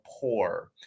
poor